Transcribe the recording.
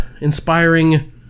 inspiring